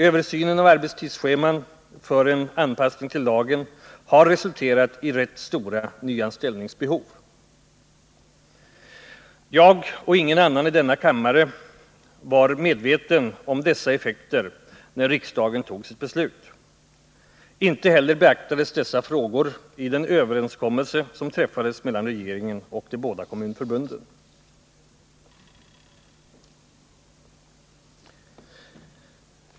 Översynen av arbetstidsscheman för en anpassning till lagen har resulterat i rätt stora nyanställningsbehov. Jag men ingen annan i denna kammare var medveten om dessa effekter när riksdagen tog sitt beslut. Inte heller beaktades dessa frågor i den överenskommelse som träffades mellan regeringen och de båda kommunförbunden.